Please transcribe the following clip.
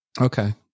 Okay